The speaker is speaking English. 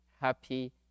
happy